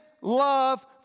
love